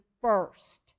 first